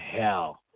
hell